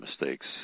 mistakes